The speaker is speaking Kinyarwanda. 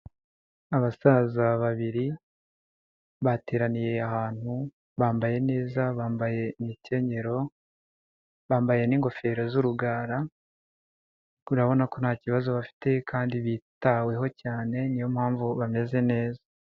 Abasaza babiri bateraniye ahantu, bambaye neza, bambaye imikenyero, bambaye n'ingofero z'urugara, urabona ko nta kibazo bafite kandi bitaweho cyane niyo mpamvu bameze neza.